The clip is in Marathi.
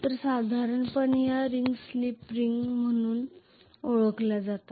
तर साधारणपणे या रिंग्ज स्लिप रिंग म्हणून ओळखल्या जातात